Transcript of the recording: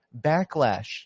backlash